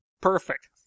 perfect